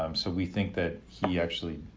um so we think that he actually,